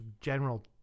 general